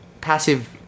passive